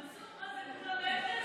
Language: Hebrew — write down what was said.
מנסור, מה זה, כולם אפס?